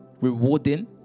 rewarding